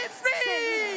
free